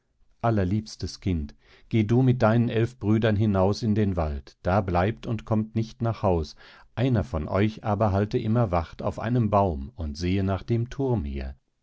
allerliebstes kind geh du mit deinen eilf brüdern hinaus in den wald da bleibt und kommt nicht nach haus einer von euch aber halte immer wacht auf einem baum und sehe nach dem thurm